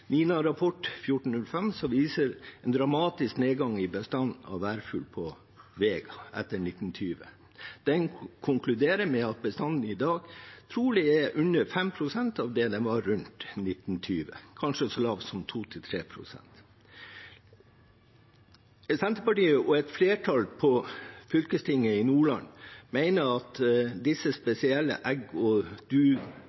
som viser en dramatisk nedgang i bestanden av ærfugl på Vega etter 1920. Den konkluderer med at bestanden i dag trolig er under 5 pst. av det den var rundt 1920 – kanskje så lav som 2–3 pst. Senterpartiet og et flertall i fylkestinget i Nordland mener at når det gjelder disse